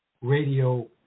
Radio